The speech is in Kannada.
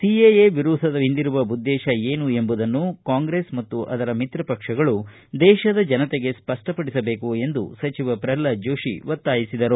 ಸಿಎಎ ವಿರೋಧದ ಹಿಂದಿರುವ ಉದ್ದೇತ ಏನು ಎಂಬುದನ್ನು ಕಾಂಗ್ರೆಸ್ ಮತ್ತು ಅದರ ಮಿತ್ರ ಪಕ್ಷಗಳು ದೇತದ ಜನತೆಗೆ ಸ್ಪಷ್ಟಪಡಿಸಬೇಕು ಎಂದು ಪ್ರಲ್ಹಾದ್ ಜೋಶಿ ಒತ್ತಾಯಿಸಿದರು